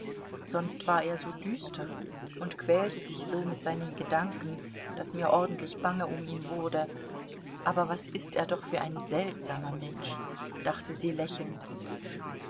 sonst war er so düster und quälte sich so mit seinen gedanken daß mir ordentlich bange um ihn wurde aber was ist er doch für ein seltsamer mensch dachte sie lächelnd